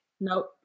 Nope